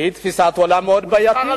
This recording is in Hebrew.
שהיא תפיסת עולם מאוד בעייתית,